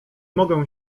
mogę